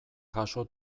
jaso